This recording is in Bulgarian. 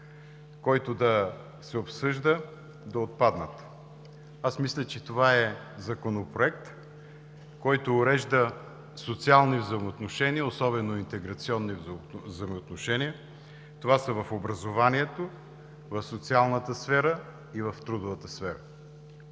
който да се обсъжда, да отпаднат. Мисля, че това е Законопроект, който урежда социални взаимоотношения, особено интеграционни взаимоотношения – в образованието, в социалната и в трудовата сфера,